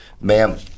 ma'am